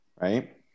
right